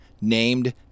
named